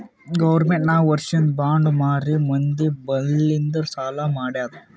government ನಾಕ್ ವರ್ಷಿಂದ್ bond ಮಾರಿ ಮಂದಿ ಬಲ್ಲಿಂದ್ ಸಾಲಾ ಮಾಡ್ಯಾದ್